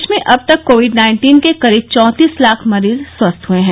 देश में अब तक कोविड नाइन्टीन के करीब चौंतीस लाख मरीज स्वस्थ हुए हैं